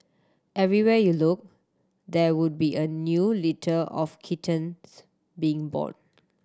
everywhere you look there would be a new litter of kittens being born